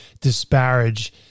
disparage